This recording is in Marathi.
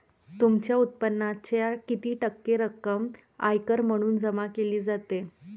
तुमच्या उत्पन्नाच्या किती टक्के रक्कम आयकर म्हणून जमा केली जाते?